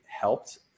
helped